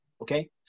okay